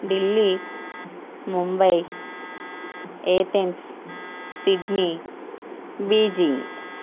Delhi Mumbai Athens Sydney Beijing